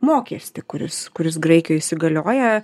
mokestį kuris kuris graikijoj įsigalioja